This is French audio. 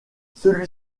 celui